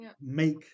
make